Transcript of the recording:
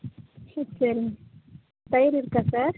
hip சரிங் தயிர் இருக்கா சார்